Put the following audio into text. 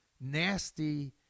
nasty